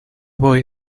voy